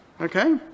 Okay